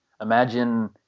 imagine